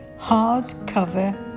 hardcover